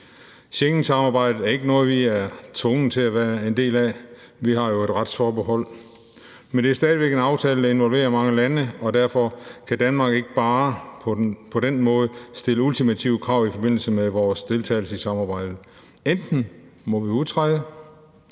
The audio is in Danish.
Schengensamarbejdet er ikke noget, vi er tvunget til at være en del af. Vi har jo et retsforbehold, men det er stadig væk en aftale, der involverer mange lande, og derfor kan Danmark ikke bare på den måde stille ultimative krav i forbindelse med vores deltagelse i samarbejdet. Enten må vi udtræde,